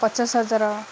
ପଚାଶ ହଜାର